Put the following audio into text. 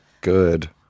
Good